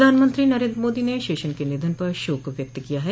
प्रधानमंत्री नरेन्द्र मोदी ने शेषन के निधन पर शोक व्यक्त किया है